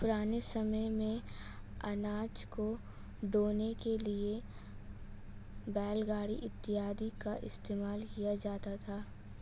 पुराने समय मेंअनाज को ढोने के लिए बैलगाड़ी इत्यादि का इस्तेमाल किया जाता था